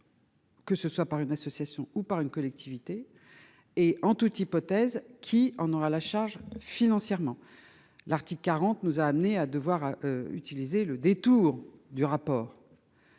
Que ce soit par une association ou par une collectivité et en toute hypothèse qui en aura la charge financièrement. L'article 40 nous a amené à devoir. Utiliser le détour du rapport.